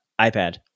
iPad